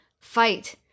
fight